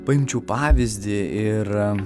paimčiau pavyzdį ir